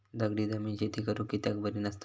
दगडी जमीन शेती करुक कित्याक बरी नसता?